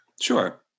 Sure